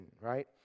right